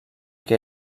que